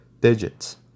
digits